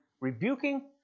rebuking